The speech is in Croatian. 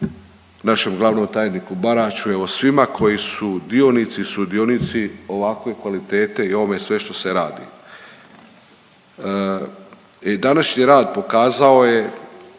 našem glavnom tajniku Baraču. Evo svima koji su dionici, sudionici ovakve kvalitete i ovome sve što se radi. Današnji rad pokazao je